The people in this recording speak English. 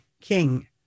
King